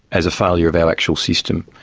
as a failure of our actual system.